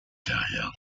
carrière